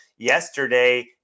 Yesterday